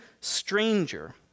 stranger